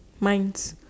mine is